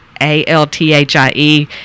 a-l-t-h-i-e